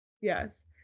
Yes